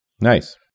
Nice